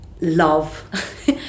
love